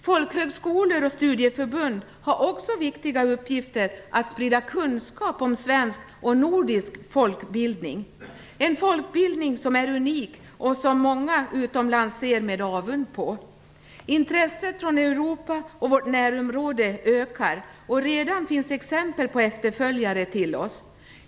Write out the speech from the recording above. Folkhögskolor och studieförbund har också viktiga uppgifter att sprida kunskap om svensk och nordisk folkbildning, en folkbildning som är unik och som många utomlands ser med avund på. Intresset från Europa och vårt närområde ökar, och redan finns exempel på efterföljare till oss.